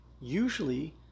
usually